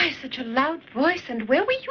such a loud voice, and where were